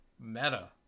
meta